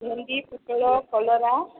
ଭେଣ୍ଡି ପୋଟଳ କଲରା